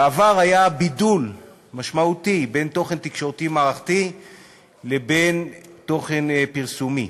בעבר היה בידול משמעותי בין תוכן תקשורתי מערכתי לבין תוכן פרסומי.